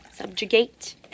Subjugate